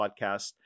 podcast